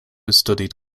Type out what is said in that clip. studied